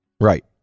Right